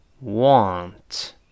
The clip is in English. want